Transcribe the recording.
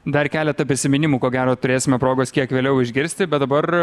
dar keletą prisiminimų ko gero turėsime progos kiek vėliau išgirsti bet dabar